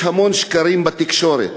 "יש המון שקרים בתקשורת.